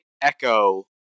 echo